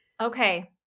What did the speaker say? Okay